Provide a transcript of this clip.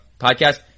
podcast